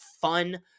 fun